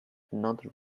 not